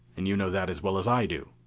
and you know that as well as i do!